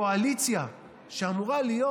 קואליציה שאמורה להיות